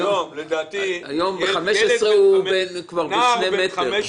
היום ילד בן 15 -- הוא כבר שני מטר.